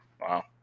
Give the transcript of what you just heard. Wow